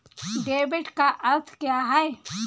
Debit का अर्थ क्या है?